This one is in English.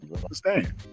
understand